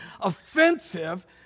offensive